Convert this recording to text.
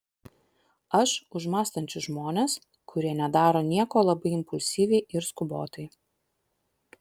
aš už mąstančius žmones kurie nedaro nieko labai impulsyviai ir skubotai